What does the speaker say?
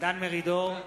דן מרידור,